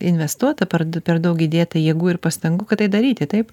investuota per d per daug įdėta jėgų ir pastangų kad tai daryti taip